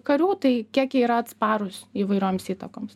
karių tai kiek jie yra atsparūs įvairioms įtakoms